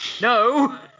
No